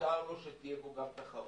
מותר לו שתהיה בו גם תחרות.